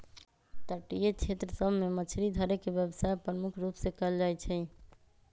तटीय क्षेत्र सभ में मछरी धरे के व्यवसाय प्रमुख रूप से कएल जाइ छइ